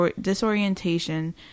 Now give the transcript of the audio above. disorientation